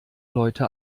leute